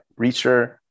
Reacher